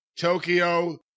Tokyo